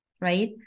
right